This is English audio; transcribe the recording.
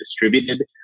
distributed